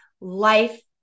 life